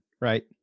Right